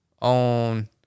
on